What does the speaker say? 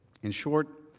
in short,